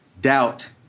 doubt